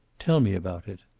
tell me about it.